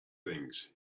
things